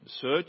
Search